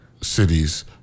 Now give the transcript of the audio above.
cities